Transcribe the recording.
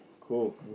Cool